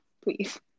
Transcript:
please